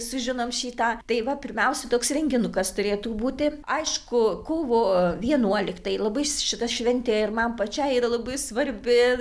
sužinom šį tą tai va pirmiausia toks renginukas turėtų būti aišku kovo vienuoliktai labai šita šventė ir man pačiai yra labai svarbi